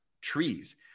trees